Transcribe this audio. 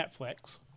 Netflix